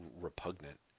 repugnant